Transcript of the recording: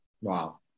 Wow